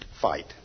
fight